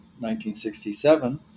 1967